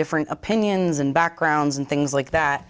different opinions and backgrounds and things like that